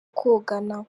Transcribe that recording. kogana